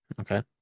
Okay